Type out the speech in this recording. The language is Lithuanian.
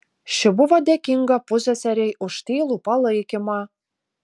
ši buvo dėkinga pusseserei už tylų palaikymą